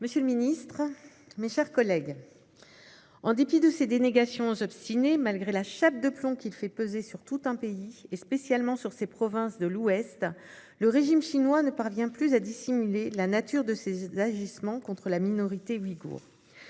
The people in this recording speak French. monsieur le ministre, mes chers collègues, en dépit de ses dénégations obstinées, malgré la chape de plomb qu'il fait peser sur tout un pays, et spécialement sur ses provinces situées à l'ouest, le régime chinois ne parvient plus à dissimuler la nature de ses agissements contre la minorité ouïghoure.